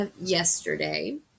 yesterday